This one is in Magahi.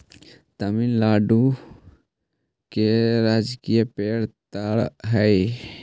तमिलनाडु के राजकीय पेड़ ताड़ हई